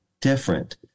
different